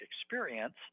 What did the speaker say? experience